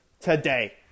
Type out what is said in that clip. today